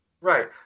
Right